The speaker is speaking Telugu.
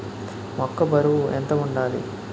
మొక్కొ బరువు ఎంత వుండాలి?